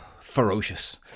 ferocious